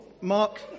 Mark